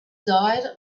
diet